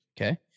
Okay